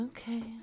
Okay